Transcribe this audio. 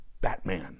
Batman